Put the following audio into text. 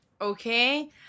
Okay